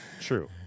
true